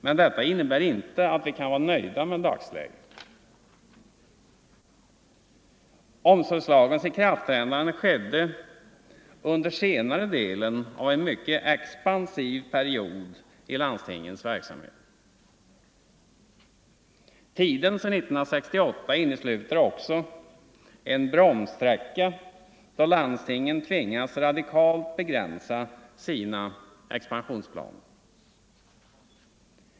Men detta innebär inte att vi kan vara nöjda med dagens läge. Omsorgslagens ikraftträdande skedde under senare delen av en mycket expansiv period i landstingens verksamhet. Tiden sedan 1968 innesluter 85 också en bromssträcka då landstingen tvingats radikalt begränsa sina expansionsplaner.